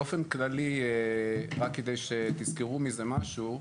באופן כללי רק כדי שתזכרו מזה משהו,